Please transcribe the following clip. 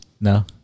No